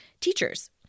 teachers